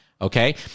okay